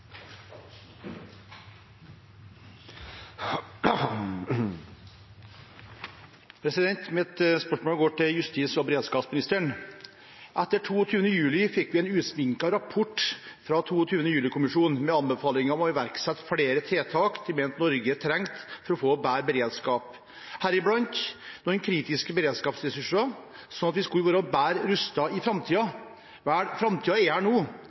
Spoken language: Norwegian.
med anbefalinger om å iverksette flere tiltak den mente Norge trengte for å få bedre beredskap, heriblant noen kritiske beredskapsressurser, slik at vi skulle være bedre rustet i framtiden. Vel, framtiden er her nå.